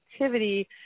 activity